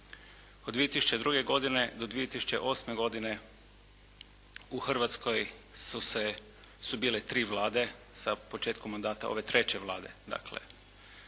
Od 2002. godine do 2008. godine u Hrvatskoj su bile tri Vlade sa početkom mandata ove treće Vlade, dakle.